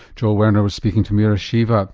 joel werner was speaking to mira shiva